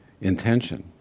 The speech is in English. Intention